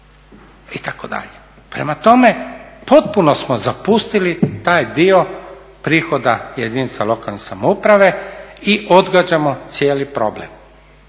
kubiku itd. Prema tome, potpuno smo zapustili taj dio prihoda jedinica lokalne samouprave i odgađamo cijeli problem